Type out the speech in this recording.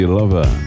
lover